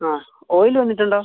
ആ ഓയില് വന്നിട്ടുണ്ടോ